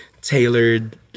tailored